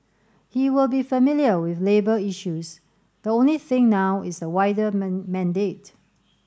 he will be familiar with labour issues the only thing now is the wider man mandate